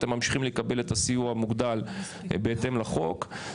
אתם ממשיכים לקבל את הסיוע המוגדל בהתאם לחוק.